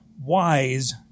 wise